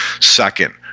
Second